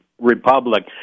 Republic